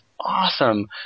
awesome